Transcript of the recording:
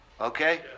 Okay